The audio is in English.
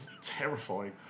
terrifying